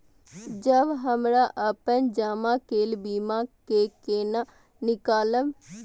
जब हमरा अपन जमा केल बीमा के केना निकालब?